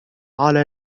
على